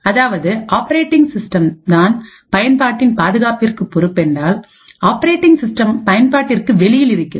அதாவது ஆப்பரேட்டிங் சிஸ்டம்தான் பயன்பாட்டின் பாதுகாப்பிற்கு பொறுப்பு என்றால்ஆப்பரேட்டிங் சிஸ்டம் பயன்பாட்டிற்கு வெளியில் இருக்கிறது